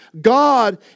God